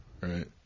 Right